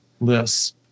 lists